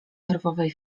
nerwowej